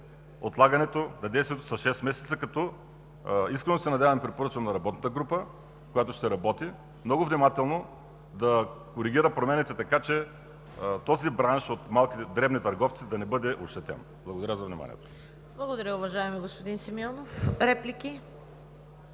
отлагането на действието с шест месеца. Искрено се надявам и препоръчвам на работната група, която ще работи, много внимателно да коригира промените, така че този бранш от малките, дребни търговци да не бъде ощетен. Благодаря за вниманието. ПРЕДСЕДАТЕЛ ЦВЕТА КАРАЯНЧЕВА: Благодаря, уважаеми господин Симеонов. Реплики?